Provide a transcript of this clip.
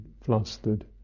flustered